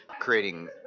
creating